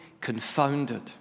confounded